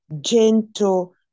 gentle